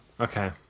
Okay